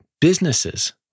Businesses